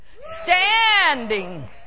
Standing